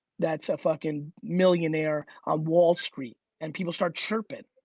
that's a fucking millionaire on wall street. and people start chirping.